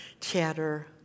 chatter